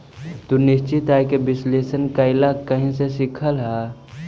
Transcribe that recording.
तू निश्चित आय के विश्लेषण कइला कहीं से सीखलऽ हल?